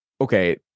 okay